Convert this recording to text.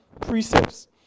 precepts